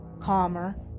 calmer